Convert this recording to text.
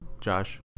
Josh